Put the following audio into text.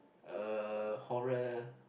uh horror